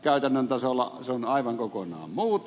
käytännön tasolla se on aivan kokonaan muuta